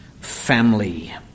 family